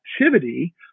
activity